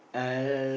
uh